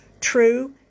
True